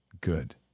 Good